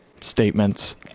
statements